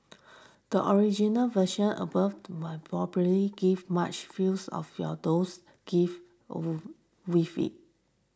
the original version above will probably give much feels of your those give or with it